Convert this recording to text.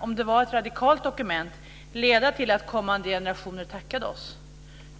om det var ett radikalt dokument, kunna leda till att kommande generationer tackade oss.